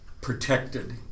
protected